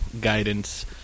guidance